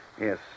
Yes